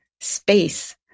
Space